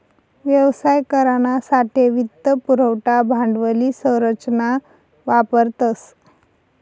व्यवसाय करानासाठे वित्त पुरवठा भांडवली संरचना वापरतस